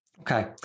Okay